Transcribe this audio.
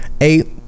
Eight